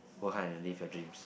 work hard and live your dreams